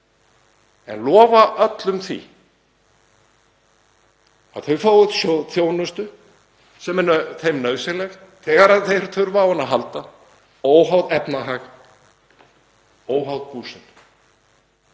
en lofa öllum því að þau fái þá þjónustu sem er þeim nauðsynleg þegar þau þurfa á henni að halda óháð efnahag, óháð búsetu.